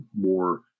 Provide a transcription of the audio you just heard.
more